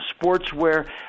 Sportswear